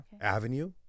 Avenue